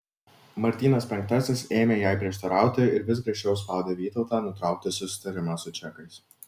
martynas penktasis ėmė jai prieštarauti ir vis griežčiau spaudė vytautą nutraukti susitarimą su čekais